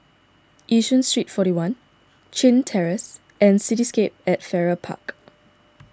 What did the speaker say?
Yishun Street forty one Chin Terrace and Cityscape at Farrer Park